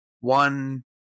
one